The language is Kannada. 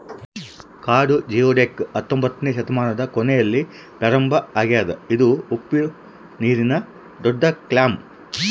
ಕಾಡು ಜಿಯೊಡಕ್ ಹತ್ತೊಂಬೊತ್ನೆ ಶತಮಾನದ ಕೊನೆಯಲ್ಲಿ ಪ್ರಾರಂಭ ಆಗ್ಯದ ಇದು ಉಪ್ಪುನೀರಿನ ದೊಡ್ಡಕ್ಲ್ಯಾಮ್